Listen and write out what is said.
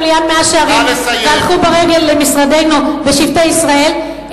ליד מאה-שערים והלכו ברגל למשרדנו בשבטי-ישראל,